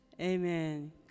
Amen